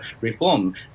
reform